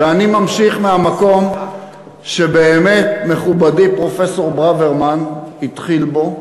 ואני ממשיך מהמקום שבאמת מכובדי פרופסור ברוורמן התחיל בו,